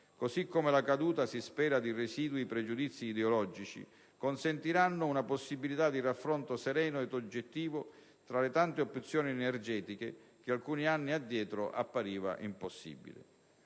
e la caduta, si spera, di residui pregiudizi ideologici consentiranno una possibilità di raffronto sereno ed oggettivo tra le tante opzioni energetiche, che alcuni anni addietro appariva impossibile.